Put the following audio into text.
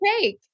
take